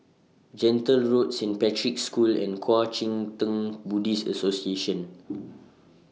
Gentle Road Saint Patrick's School and Kuang Chee Tng Buddhist Association